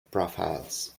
profiles